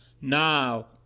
now